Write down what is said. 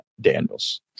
Daniels